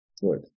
Good